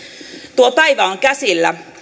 tuo päivä on käsillä